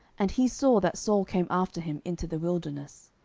and he saw that saul came after him into the wilderness.